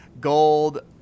Gold